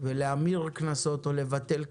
להמיר קנסות או לבטל קנסות.